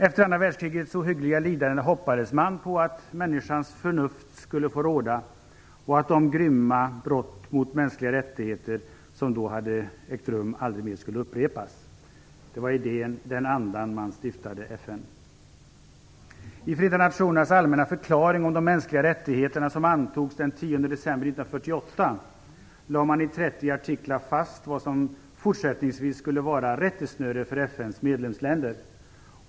Efter andra världskrigets ohyggliga lidanden hoppades man på att människans förnuft skulle få råda och att de grymma brott mot mänskliga rättigheter som då hade ägt rum aldrig mer skulle upprepas. Det var i den andan man stiftade FN. 1948, lade man i 30 artiklar fast vad som fortsättningsvis skulle vara rättesnöre för FN:s medlemsländer.